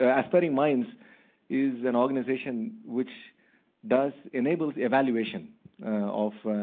ah aspiring minds is an organization which does enables evaluation of